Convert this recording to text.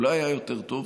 אולי היה יותר טוב?